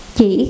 Chỉ